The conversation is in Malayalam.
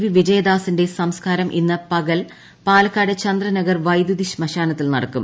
വി വിജയദാസിന്റെ സംസ്ക്കാരം ഇന്ന് പകൽ പാലക്കാട് ചന്ദ്ര നഗർ വൈദ്യുതി ശ്മശാനത്തിൽ നടക്കും